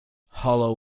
hollow